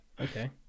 Okay